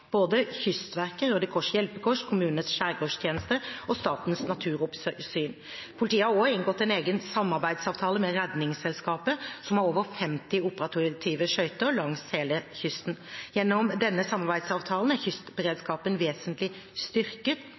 både Kystverket, Røde Kors Hjelpekorps, kommunenes skjærgårdstjeneste og Statens naturoppsyn. Politiet har også inngått en egen samarbeidsavtale med Redningsselskapet, som har over 50 operative skøyter langs hele kysten. Gjennom denne samarbeidsavtalen er kystberedskapen vesentlig styrket,